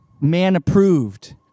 man-approved